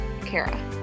Kara